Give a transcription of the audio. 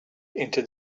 into